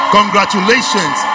congratulations